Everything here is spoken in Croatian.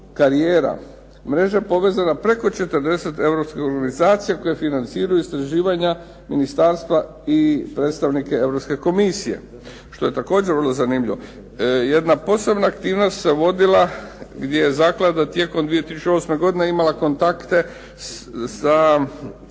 Mreža je povezana preko 40 europskih organizacija koja financiraju istraživanja ministarstva i predstavnike Europske komisije. Što je također vrlo zanimljivo. Jedna posebna aktivnost se vodila gdje je zaklada tijekom 2008. godine imala kontakte sa